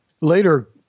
Later